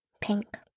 Pink